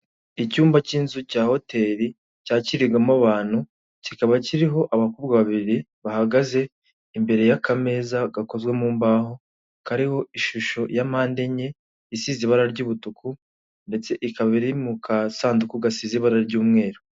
Icyumba k'inzu cya hoteli cyakirirwamo abantu kikaba kiriho abakobwa babiri bahagaze imbere y'akameza gakozwe mu mbaho, kariho ishusho ya mpande enye isize ibara ry'ubutuku ndetse ikaba iri mu kasanduku gasize ibara ry'umweru.